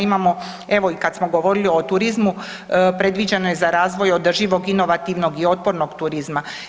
Imamo evo i kad smo govorili o turizmu, predviđeno je za razvoj održivog, inovativnog i otpornog turizma.